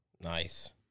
Nice